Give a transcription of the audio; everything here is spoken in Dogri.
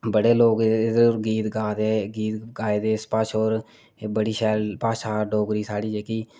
बड़े लोक एह्दे पर गीत गाए दे गीत गाए दे इस भाशा पर एह् बड़ी शैल भाशा डोगरी जेह्की साढ़ी